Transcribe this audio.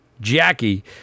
Jackie